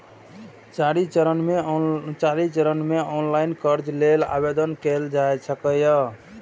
चारि चरण मे ऑनलाइन कर्ज लेल आवेदन कैल जा सकैए